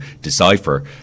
decipher